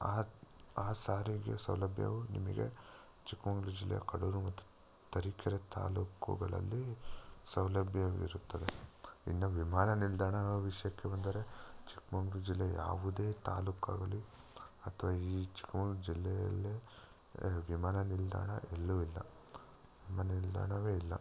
ಆ ಆ ಸಾರಿಗೆ ಸೌಲಭ್ಯಗಳು ನಿಮಗೆ ಚಿಕ್ಕಮಂಗ್ಳೂರ್ ಜಿಲ್ಲೆಯ ಕಡೂರು ಮತ್ತು ತರೀಕೆರೆ ತಾಲೂಕುಗಳಲ್ಲಿ ಸೌಲಭ್ಯ ಇರುತ್ತದೆ ಇನ್ನು ವಿಮಾನ ನಿಲ್ದಾಣ ವಿಷಯಕ್ಕೆ ಬಂದರೆ ಚಿಕ್ಕಮಂಗ್ಳೂರ್ ಜಿಲ್ಲೆಯ ಯಾವುದೇ ತಾಲೂಕು ಆಗಲೀ ಅಥವ ಈ ಚಿಕ್ಕಮಂಗ್ಳೂರ್ ಜಿಲ್ಲೆಯಲ್ಲೇ ವಿಮಾನ ನಿಲ್ದಾಣ ಎಲ್ಲೂ ಇಲ್ಲ ವಿಮಾನ ನಿಲ್ದಾಣವೇ ಇಲ್ಲ